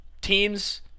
teams